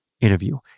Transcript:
interview